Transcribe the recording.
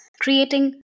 creating